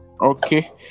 Okay